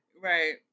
Right